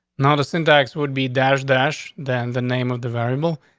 not a syntax would be dash dash than the name of the variable.